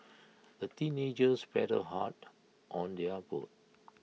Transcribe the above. the teenagers paddled hard on their boat